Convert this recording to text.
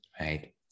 Right